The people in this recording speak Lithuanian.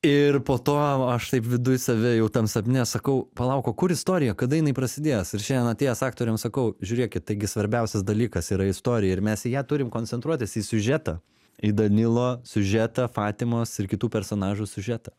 ir po to aš taip viduj save jau tam sapne sakau palauk o kur istorija kada jinai prasidės ir šiandien atėjęs aktoriams sakau žiūrėkit taigi svarbiausias dalykas yra istorija ir mes į ją turim koncentruotis į siužetą į danilo siužetą fatimos ir kitų personažų siužetą